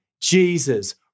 Jesus